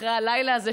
אחרי הלילה הזה,